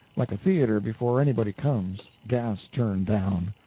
like a theatre before anybody comes gas turned down.